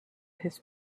his